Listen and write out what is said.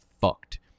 fucked